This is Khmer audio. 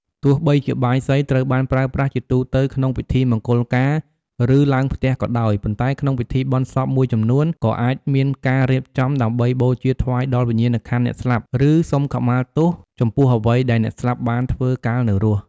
ទោះបីជាបាយសីត្រូវបានប្រើប្រាស់ជាទូទៅក្នុងពិធីមង្គលការ ឬឡើងផ្ទះក៏ដោយ ប៉ុន្តែក្នុងពិធីបុណ្យសពមួយចំនួន ក៏អាចមានការរៀបចំ ដើម្បីបូជាថ្វាយដល់វិញ្ញាណក្ខន្ធអ្នកស្លាប់ ឬសុំខមាទោសចំពោះអ្វីដែលអ្នកស្លាប់បានធ្វើកាលនៅរស់។